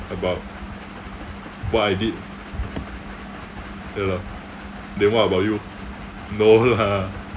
about what I did ya lah then what about you no lah